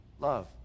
love